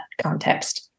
context